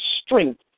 strength